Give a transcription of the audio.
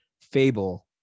fable